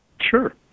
Sure